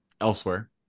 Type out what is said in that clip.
elsewhere